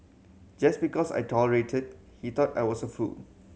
just because I tolerated he thought I was a fool